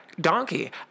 Donkey